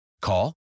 Call